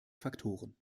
faktoren